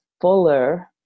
fuller